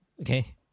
okay